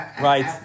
right